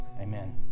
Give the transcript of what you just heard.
Amen